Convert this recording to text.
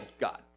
God